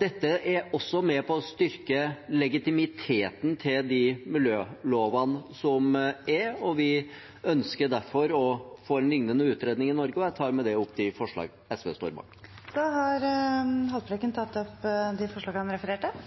Dette er også med på å styrke legitimiteten til de miljølovene som er. Vi ønsker derfor å få en lignende utredning i Norge, og jeg tar med det opp forslaget SV står bak. Da har representanten Lars Haltbrekken tatt opp det forslaget han refererte